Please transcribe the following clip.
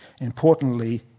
Importantly